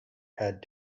had